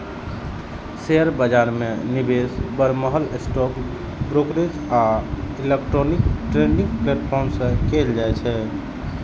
share बाजार मे निवेश बरमहल स्टॉक ब्रोकरेज आ इलेक्ट्रॉनिक ट्रेडिंग प्लेटफॉर्म सं कैल जाइ छै